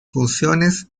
funciones